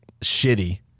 shitty